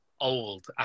old